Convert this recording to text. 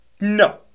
No